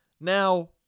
Now